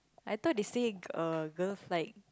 I thought they said uh girls like